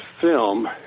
film